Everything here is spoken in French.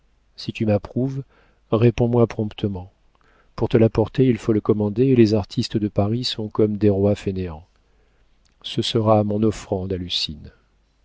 si tu m'approuves réponds-moi promptement pour te l'apporter il faut le commander et les artistes de paris sont comme des rois fainéants ce sera mon offrande à lucine